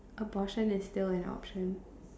abortion is still an option